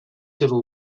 civil